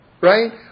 right